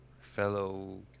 fellow